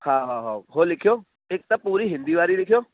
हा हा उहो लिखियो हिक त पूरी हिंदी वारी लिखियो